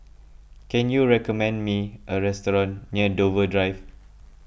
can you recommend me a restaurant near Dover Drive